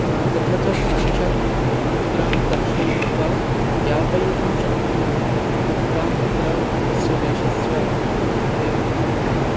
तथा च साक्षात् मुद्रां दर्शयित्वा ज्ञापयितुं शक्नुमः यत् का मुद्रा कस्य देशस्य वर्तते इति